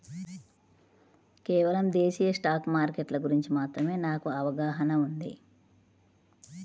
కేవలం దేశీయ స్టాక్ మార్కెట్ల గురించి మాత్రమే నాకు అవగాహనా ఉంది